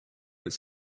its